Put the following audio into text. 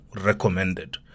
recommended